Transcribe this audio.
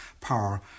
power